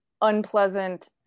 unpleasant